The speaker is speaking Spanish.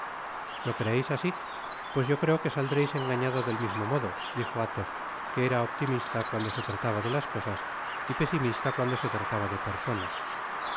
lo creeis asi pues yo creo que saldreis engañado del mismo modo dijo alhos que era optimista cuando se trataba de las cosas y pesimista cuando se trataba de personas